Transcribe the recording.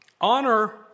Honor